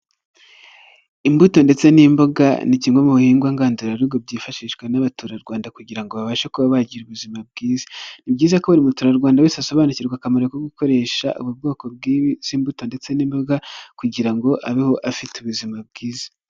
Imbuto ndetse n'imboga, ni kimwe mu bihingwa ngandurarugo byifashishwa n'abaturarwanda kugirango babashe kuba bagira ubuzima bwiza. Ni byiza ko buri muturarwanda wese asobanukirwa akamaro ko gukoresha ubu bwoko bw'izimbuto ndetse n'imboga kugira ngo abeho afite ubuzima bwiza.